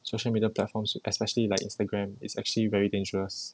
social media platforms especially like instagram is actually very dangerous